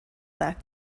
back